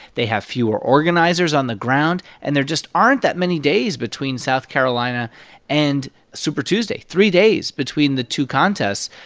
they have fewer organizers on the ground, and there just aren't that many days between south carolina and super tuesday three days between the two contests.